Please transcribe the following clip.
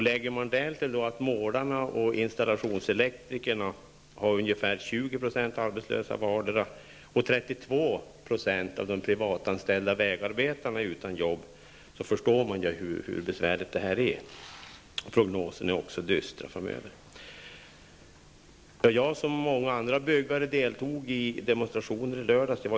Lägger man därtill att målare och installationselektriker har ungefär 20 % arbetslösa vardera och att 32 % av de privatanställda vägarbetarna är utan jobb förstår man hur besvärligt läget är, och prognoserna är också dystra framöver. Jag liksom många andra byggnadsarbetare deltog i demonstrationer i lördags.